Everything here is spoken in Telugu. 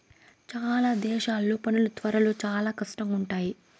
చాలా దేశాల్లో పనులు త్వరలో చాలా కష్టంగా ఉంటాయి